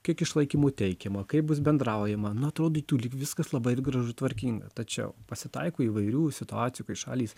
kiek išlaikymo teikiama kaip bus bendraujama na atrodytų lyg viskas labai gražu tvarkinga tačiau pasitaiko įvairių situacijų kai šalys